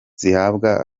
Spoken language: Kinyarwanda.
zihabwa